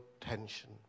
tension